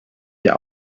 der